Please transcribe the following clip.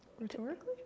Rhetorically